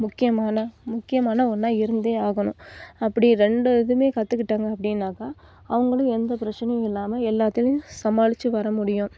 முக்கியமான முக்கியமான ஒன்றா இருந்தே ஆகணும் அப்படி ரெண்டு இதுவுமே கற்றுக்கிட்டாங்க அப்படின்னாக்கா அவங்களும் எந்த பிரச்சனையும் இல்லாமல் எல்லாத்திலயும் சமாளித்து வர முடியும்